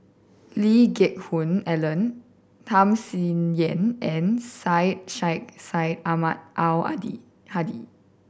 Lee Geck Hoon Ellen Tham Sien Yen and Syed Sheikh Syed Ahmad Al Hadi